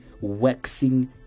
waxing